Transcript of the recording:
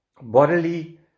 bodily